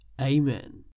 Amen